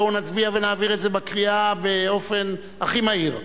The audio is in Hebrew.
בואו נצביע ונעביר את זה בקריאה באופן הכי מהיר.